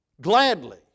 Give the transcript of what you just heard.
gladly